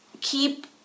keep